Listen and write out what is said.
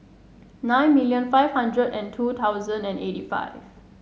nine million five hundred and two thousand and eighty five